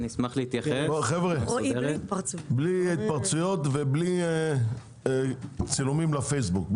חבר'ה, בלי התפרצויות ובלי צילומים לפייסבוק.